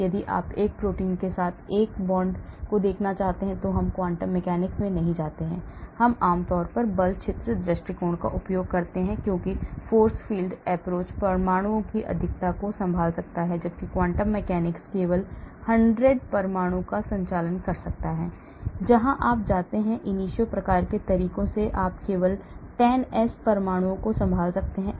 यदि आप एक प्रोटीन के लिए एक बंधन के बंधन को देखना चाहते हैं तो हम quantum mechanics में नहीं जाते हैं हम आम तौर पर बल क्षेत्र दृष्टिकोण का उपयोग करते हैं क्योंकि force field approach परमाणुओं की अधिकता को संभाल सकता है जबकि quantum mechanics केवल 100 परमाणु का संचालन कर सकता है जहां आप जाते हैं initio प्रकार के तरीकों से आप केवल 10s परमाणुओं को संभाल सकते हैं